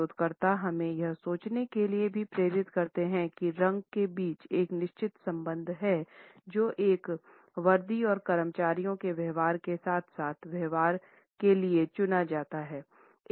शोधकर्ता हमें यह सोचने के लिए भी प्रेरित करते हैं कि रंग के बीच एक निश्चित संबंध है जो एक वर्दी और कर्मचारियों के व्यवहार के साथ साथ व्यवहार के लिए चुना जाता है